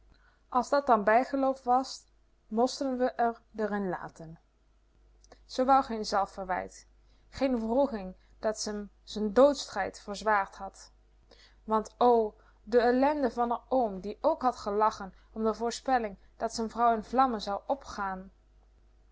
as dat dan bijgeloof was mosten we r d'r in laten ze wou geen zelfverwijt geen wroeging dat ze m z'n d o o d s s t r ij d verzwaard had want o de ellende van r oom die ook had gelachen om de voorspelling dat z'n vrouw in vlammen zou opgaan